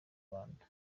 rwanda